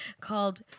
called